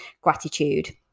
gratitude